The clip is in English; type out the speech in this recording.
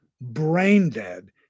brain-dead